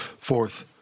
Fourth